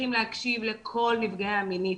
צריכים להקשיב לכל הנפגעים מינית,